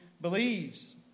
believes